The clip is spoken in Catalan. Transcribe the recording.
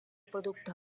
producte